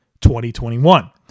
2021